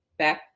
back